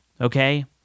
Okay